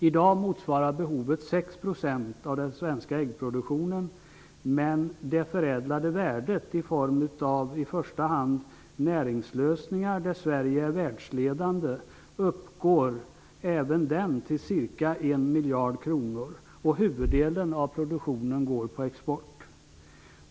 I dag motsvarar behovet ca 6 % av den svenska äggproduktionen, men det förädlade värdet i form av i första hand näringslösningar, där Sverige är världsledande, uppgår även det till ca 1 miljard kronor, och huvuddelen av produktionen går på export.